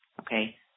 okay